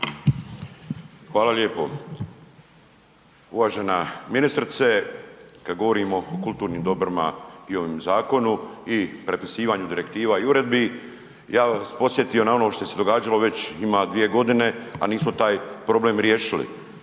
Hvala lijepo. Uvažena ministrice, kad govorimo o kulturnim dobrima i ovom zakonu i prepisivanju direktiva i uredbi, ja bi vas podsjetio na ono što se događalo već, ima dvije godine, a nismo taj problem riješili.